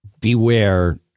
beware